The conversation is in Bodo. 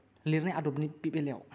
लिरनाय आदबनि बे बेलायाव